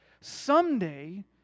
Someday